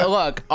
look